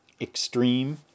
extreme